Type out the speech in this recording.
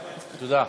תודה.